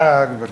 האחראי.